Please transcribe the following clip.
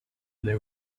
they